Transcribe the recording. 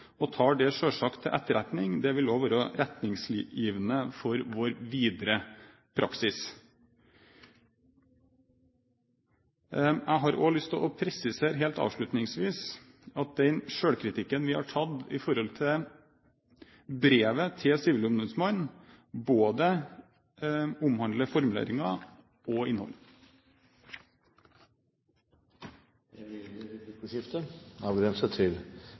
Vi tar det selvsagt til etterretning. Det vil også være retningsgivende for vår videre praksis. Jeg har også helt avslutningsvis lyst til å presisere at den selvkritikken vi har tatt når det gjelder brevet til sivilombudsmannen, omhandler både formuleringer og innhold. Det blir replikkordskifte.